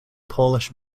polish